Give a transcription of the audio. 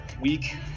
week